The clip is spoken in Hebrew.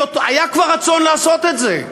היה כבר רצון לעשות את זה.